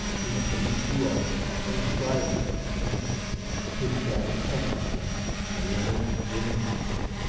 she had one shoe off, and was striving petulantly to extract a cactus thorn from the leather with a hat pin.